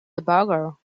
debugger